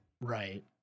Right